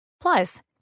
Plus